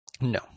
no